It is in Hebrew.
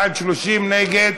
בעד, 30, נגד,